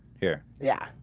here yeah.